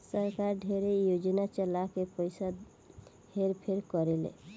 सरकार ढेरे योजना चला के पइसा हेर फेर करेले